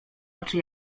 oczy